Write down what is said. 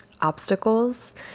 obstacles